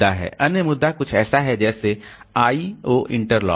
अन्य मुद्दा कुछ ऐसा है जैसे I O इंटरलॉक